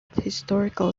historical